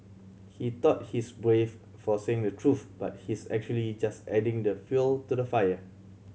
he thought he's brave for saying the truth but he's actually just adding the fuel to the fire